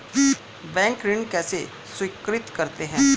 Bank ऋण कैसे स्वीकृत करते हैं?